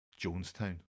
Jonestown